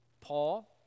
Paul